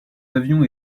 avions